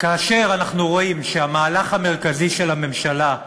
כאשר אנחנו רואים שהמהלך המרכזי של הממשלה,